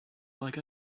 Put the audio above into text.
like